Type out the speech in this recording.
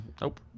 Nope